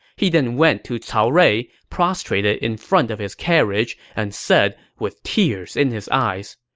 he then went to cao rui, prostrated in front of his carriage, and said with tears in his eyes,